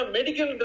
Medical